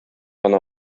гына